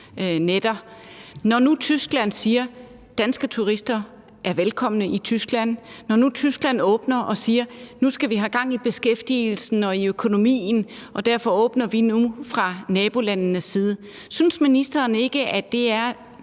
når nu Tyskland siger, at danske turister er velkomne i Tyskland, når nu Tyskland åbner og siger: Nu skal vi igen have gang i beskæftigelsen og økonomien, og derfor åbner vi nu for nabolandene? Synes ministeren ikke, at det er